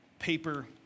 Paper